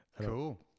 Cool